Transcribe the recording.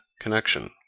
connection